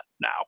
now